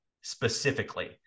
specifically